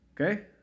okay